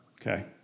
Okay